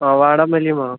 ആ വാടാമല്ലിയും വേണം